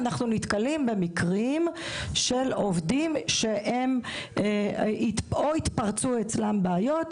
אנחנו נתקלים במקרים של עובדים שאו שהתפרצו אצלם בעיות,